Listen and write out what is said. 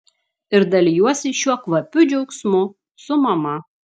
ir dalijuosi šiuo kvapiu džiaugsmu su mama